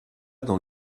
dans